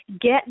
get